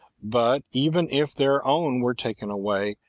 but even if their own were taken away,